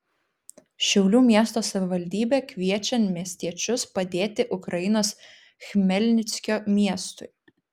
šiaulių miesto savivaldybė kviečia miestiečius padėti ukrainos chmelnickio miestui